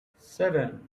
seven